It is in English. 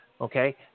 Okay